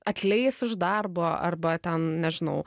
atleis iš darbo arba ten nežinau